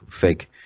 fake